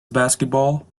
basketball